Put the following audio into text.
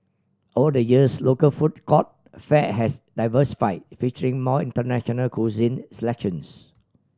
over the years local food court fare has diversify featuring more international cuisine selections